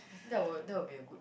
that would that would be a good